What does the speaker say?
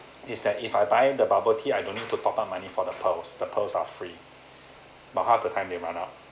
is that if I buy the bubble tea I don't need to top up money for the pearls the pearls are free but half the time they run out